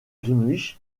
greenwich